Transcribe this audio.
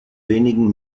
wenigen